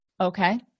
Okay